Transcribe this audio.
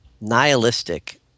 nihilistic